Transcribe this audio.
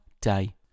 day